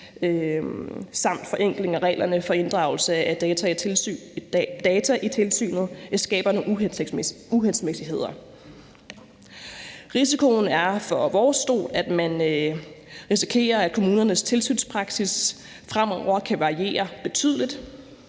samt forenkling af reglerne for inddragelse af data i tilsynet, skaber nogle uhensigtsmæssigheder. Risikoen er set fra vores stol, at man risikerer, at kommunernes tilsynspraksis fremover kan variere betydeligt.